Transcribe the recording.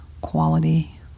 quality